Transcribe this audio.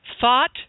thought